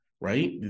right